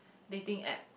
dating app